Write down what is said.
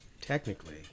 technically